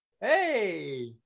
hey